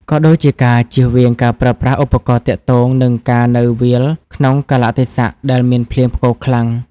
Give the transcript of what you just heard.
ក៏ដូចជាការជៀសវាងការប្រើប្រាស់ឧបករណ៍ទាក់ទង និងការនៅវាលក្នុងកាលៈទេសៈដែលមានភ្លៀងផ្គរខ្លាំង។